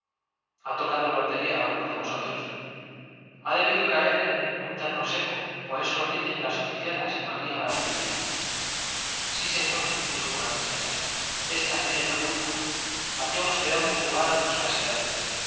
ha tocado la lotería á alguno de vosotros ha debido caer un terno seco eso riñen las por oficialas y maría la aprendiza sí señor dijo una muchacha éstas tienen la culpa habíamos quedado en jugar nuestras edades